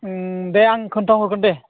दे आं खोन्था हरगोन दे